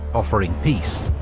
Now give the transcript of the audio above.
offering peace.